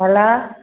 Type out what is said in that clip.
hello